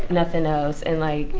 nothing else. and, like,